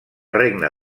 regne